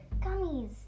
gummies